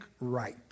right